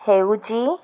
ହେଉଛି